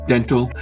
Dental